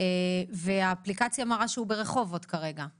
והאפליקציה מראה שהוא ברחובות כרגע.